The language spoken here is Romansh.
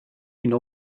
üna